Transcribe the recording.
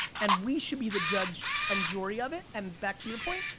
and we should be the judge and jury of it. and back to your point,